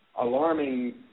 alarming